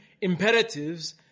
imperatives